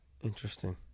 Interesting